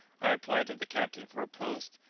i applied to the captain for a post,